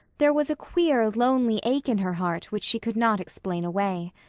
there was a queer, lonely ache in her heart which she could not explain away.